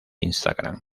instagram